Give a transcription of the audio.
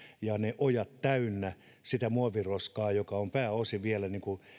ja ojat täynnä sitä muoviroskaa joka on pääosin vielä